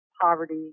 poverty